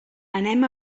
anem